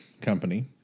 company